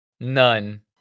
None